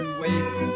waste